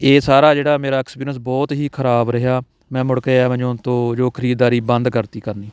ਇਹ ਸਾਰਾ ਜਿਹੜਾ ਮੇਰਾ ਐਕਸਪੀਰੀਅੰਸ ਬਹੁਤ ਹੀ ਖ਼ਰਾਬ ਰਿਹਾ ਮੈਂ ਮੁੜ ਕੇ ਐਮਾਜੋਨ ਤੋਂ ਜੋ ਖਰੀਦਦਾਰੀ ਬੰਦ ਕਰਤੀ ਕਰਨੀ